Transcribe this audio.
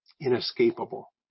inescapable